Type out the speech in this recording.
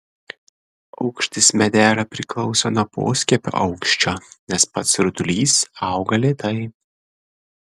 aukštis medelio priklauso nuo poskiepio aukščio nes pats rutulys auga lėtai